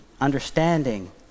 understanding